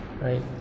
right